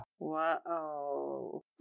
Whoa